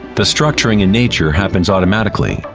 the structuring in nature happens automatically.